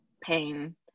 pain